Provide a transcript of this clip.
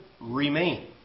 remain